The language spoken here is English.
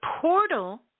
portal